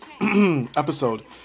episode